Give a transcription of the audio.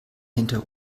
hinter